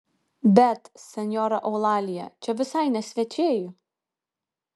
bet senjora eulalija čia visai ne svečiai